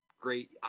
great